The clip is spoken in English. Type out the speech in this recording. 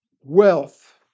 wealth